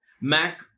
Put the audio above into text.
Mac